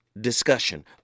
discussion